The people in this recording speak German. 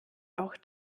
auch